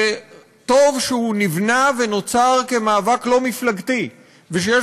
וטוב שהוא נבנה ונוצר כמאבק לא מפלגתי ושיש